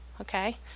okay